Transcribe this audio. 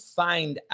find